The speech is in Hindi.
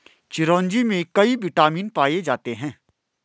चिरोंजी में कई विटामिन पाए जाते हैं